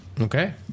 okay